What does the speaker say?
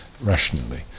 rationally